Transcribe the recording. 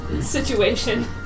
situation